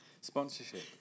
Sponsorship